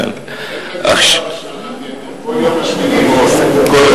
אין דבר כזה השמנת יתר, כל יום משמינים עוד.